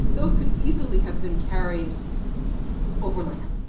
those could easily have been carried over land.